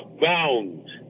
bound